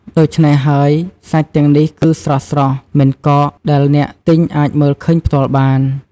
ដូច្នេះហើយ សាច់ទាំងនេះគឺស្រស់ៗ មិនកក ដែលអ្នកទិញអាចមើលឃើញផ្ទាល់បាន។